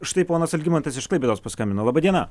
štai ponas algimantas iš klaipėdos paskambino laba diena